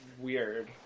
weird